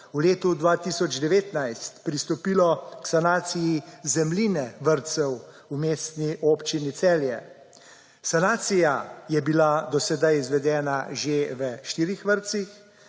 v letu 2019 pristopilo k sanaciji zemljine vrtcev v Mestni občini Celje. Sanacija je bila do sedaj izvedena že v štirih vrtcih,